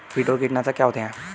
कीट और कीटनाशक क्या होते हैं?